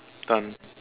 done